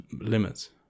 limits